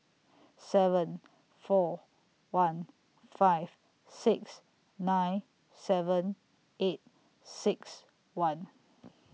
seven four one five six nine seven eight six one